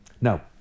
Now